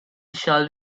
shall